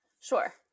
Sure